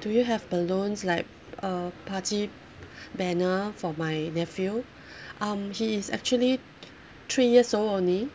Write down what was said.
do you have balloons like a party banner for my nephew um he is actually three years old only